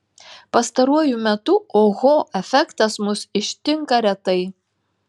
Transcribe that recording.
pastaruoju metu oho efektas mus ištinka retai